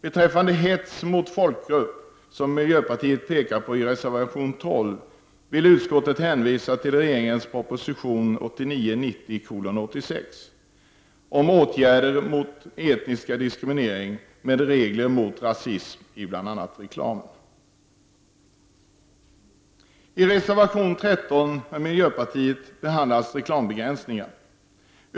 Beträffande hets mot folkgrupp, som miljöpartiet pekar på i reservation 12, vill utskottet hänvisa till regeringens proposition 1989/90:86 om åtgärder mot etnisk diskriminering, med regler mot rasism i bl.a. reklam. I reservation 13 från miljöpartiet behandlas reklambegränsningar.